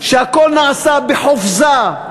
שהכול נעשה בחופזה,